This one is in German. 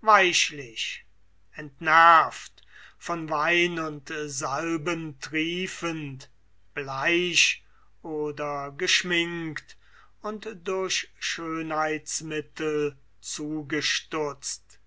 weichlich entnervt von wein und salben triefend bleich oder geschminkt und durch schönheitsmittel zugestutzt